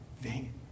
vain